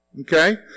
Okay